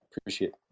Appreciate